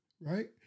right